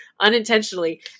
unintentionally